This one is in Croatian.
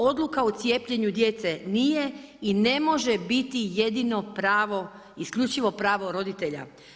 Odluka o cijepljenju djece nije i ne može biti jedino pravo, isključivo pravo roditelja.